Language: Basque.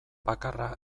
bakarra